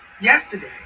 yesterday